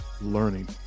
learning